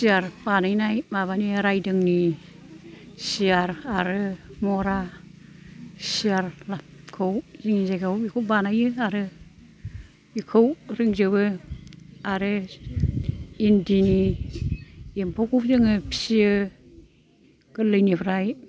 chair बानायनाय माबानि रायदोंनि चियार आरो मरा चियार खौ जोंनि जायगायाव बिखौ बानायो आरो बिखौ रोंजोबो आरो इन्दिनि एम्फौखौ जोङो फिसियो गोरलैनिफ्राय